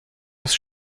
muss